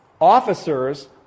officers